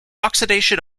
oxidation